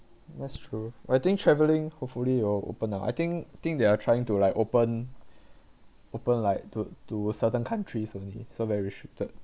that's true I think traveling hopefully will open lah I think think they are trying to like open open like to to certain countries only so very restricted